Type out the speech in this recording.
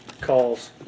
calls